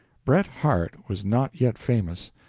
bret harte was not yet famous,